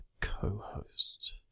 co-host